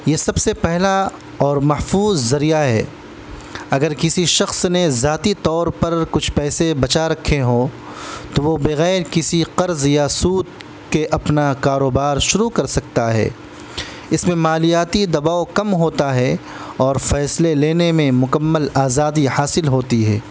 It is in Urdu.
یہ سب سے پہلا اور محفوظ ذریعہ ہے اگر کسی شخص نے ذاتی طور پر کچھ پیسے بچا رکھے ہوں تو وہ بغیر کسی قرض یا سود کے اپنا کاروبار شروع کر سکتا ہے اس میں مالیاتی دباؤ کم ہوتا ہے اور فیصلے لینے میں مکمل آزادی حاصل ہوتی ہے